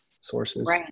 sources